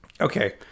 Okay